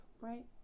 Right